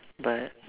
but